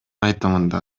айтымында